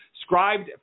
scribed